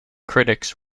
critics